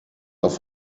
auf